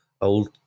old